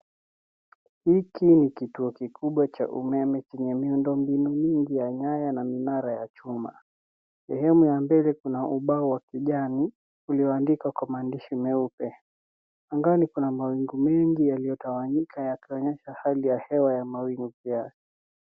Hiki ni kituo kikubwa cha umeme chenye miundo mbinu mingi ya nyaya na minara ya chuma. Sehemu ya mbele kuna ubao wa kijani ulioandika kwa maandishi meupe. Angani kuna mawingu mengi yaliyotawanyika yakaonyesha hali ya hewa ya mawingu hayo.